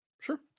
Sure